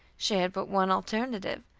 she had but one alternative,